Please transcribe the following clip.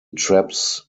traps